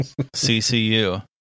CCU